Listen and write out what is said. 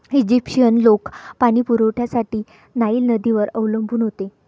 Egyptian लोक पाणी पुरवठ्यासाठी नाईल नदीवर अवलंबून होते